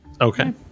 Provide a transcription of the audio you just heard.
Okay